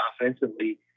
offensively